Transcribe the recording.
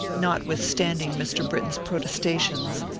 notwithstanding mr. britton's protestations,